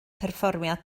perfformiad